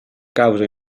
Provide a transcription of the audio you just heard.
causa